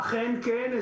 אכן כן.